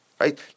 right